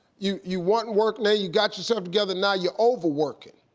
you you want work, now you got yourself together now you're over-workin'.